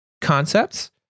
concepts